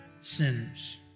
sinners